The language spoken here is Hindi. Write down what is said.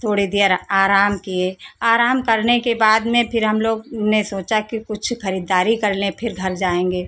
थोड़े देर आराम किए आराम करने के बाद में फिर हम लोग ने सोचा की कुछ खरीददारी कर लें फिर घर जाएंगे